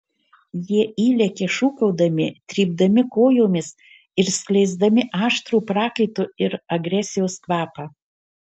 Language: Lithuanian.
jie įlekia šūkaudami trypdami kojomis ir skleisdami aštrų prakaito ir agresijos kvapą